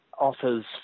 offers